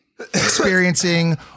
experiencing